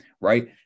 right